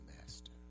master